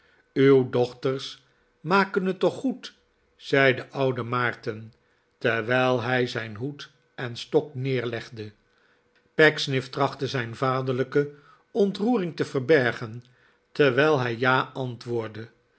uw dochters maken het toch goed zei de oude maarten terwijl hij zijn hoed en stok neerlegde pecksniff trachtte zijn vaderlijke ontroering te verbergen terwijl hij ja antwoordde